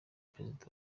perezida